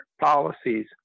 policies